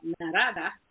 Narada